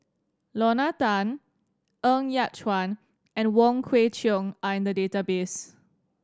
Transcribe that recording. Lorna Tan Ng Yat Chuan and Wong Kwei Cheong are in the database